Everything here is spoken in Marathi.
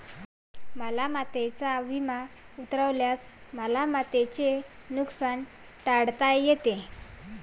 मालमत्तेचा विमा उतरवल्यास मालमत्तेचे नुकसान टाळता येते